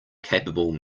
capable